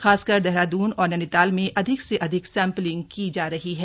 खासकर देहरादून और नैनीताल में अधिक से अधिक सैंपलिंग की जा रही है